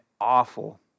awful